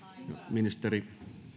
ministeri